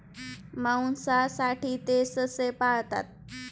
मांसासाठी ते ससे पाळतात